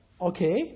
okay